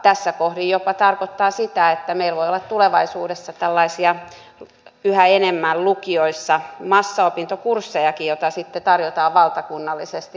tässä kohdin se jopa tarkoittaa sitä että meillä voi olla tulevaisuudessa lukioissa yhä enemmän massaopintokurssejakin joita tarjotaan valtakunnallisesti